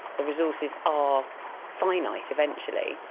the resources are finite eventually.